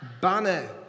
Banner